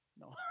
No